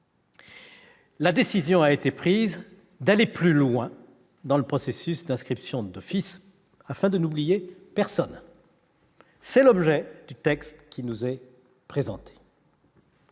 la décision a été prise d'aller plus loin dans le processus d'inscription d'office, afin de n'oublier personne. C'est l'objet du texte qui nous est présenté.